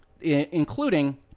including